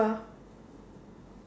per